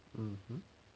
mmhmm